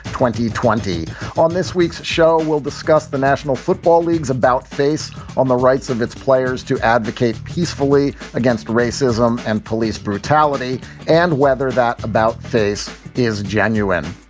twenty twenty on this week's show, we'll discuss the national football league's about face on the rights of its players to advocate peacefully against racism and police brutality and whether that about face is genuine.